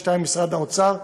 השני זה משרד האוצר,